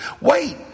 wait